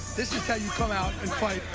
this is how you come out and fight.